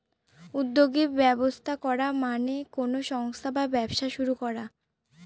উদ্যোগী ব্যবস্থা করা মানে কোনো সংস্থা বা ব্যবসা শুরু করা